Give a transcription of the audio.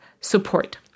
support